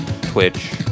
Twitch